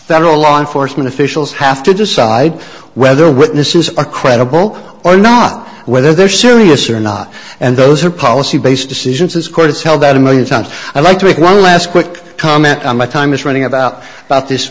federal law enforcement officials have to decide whether witnesses are credible or not whether they're serious or not and those are policy based decisions as chords held that a million times i like to make one last quick comment on my time is running about about this